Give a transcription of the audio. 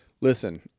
listen